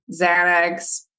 Xanax